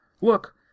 look